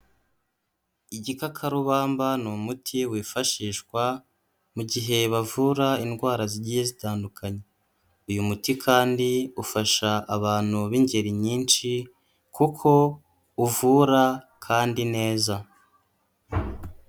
Igikakarubamba ni umuti wifashishwa mu gihe bavura indwara zigiye zitandukanye. Uyu muti kandi ufasha abantu b'ingeri nyinshi kuko uvura kandi neza.